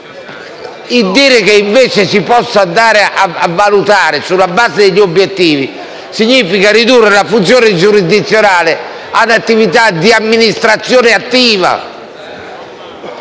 Dire che si può valutare sulla base degli obiettivi significa ridurre la funzione giurisdizionale ad attività di amministrazione attiva.